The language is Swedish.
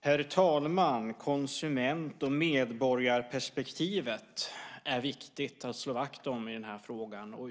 Herr talman! Konsument och medborgarperspektivet är viktigt att slå vakt om i den här frågan.